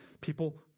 people